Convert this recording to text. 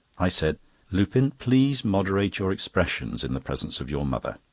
i said lupin, please moderate your expressions in the presence of your mother.